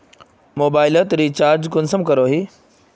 Mobile लोत recharge कुंसम करोही?